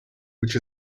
which